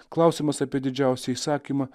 klausimas apie didžiausią įsakymą